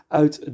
uit